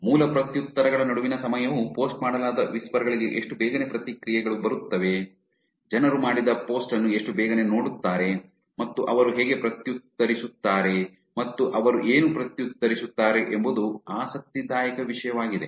ಮೂಲ ಪ್ರತ್ಯುತ್ತರಗಳ ನಡುವಿನ ಸಮಯವು ಪೋಸ್ಟ್ ಮಾಡಲಾದ ವಿಸ್ಪರ್ ಗಳಿಗೆ ಎಷ್ಟು ಬೇಗನೆ ಪ್ರತಿಕ್ರಿಯೆಗಳು ಬರುತ್ತವೆ ಜನರು ಮಾಡಿದ ಪೋಸ್ಟ್ ಅನ್ನು ಎಷ್ಟು ಬೇಗನೆ ನೋಡುತ್ತಾರೆ ಮತ್ತು ಅವರು ಹೇಗೆ ಪ್ರತ್ಯುತ್ತರಿಸುತ್ತಾರೆ ಮತ್ತು ಅವರು ಏನು ಪ್ರತ್ಯುತ್ತರಿಸುತ್ತಾರೆ ಎಂಬುದು ಆಸಕ್ತಿದಾಯಕ ವಿಷಯವಾಗಿದೆ